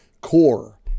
core